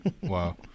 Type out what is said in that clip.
Wow